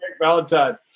Valentine